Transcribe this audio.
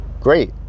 great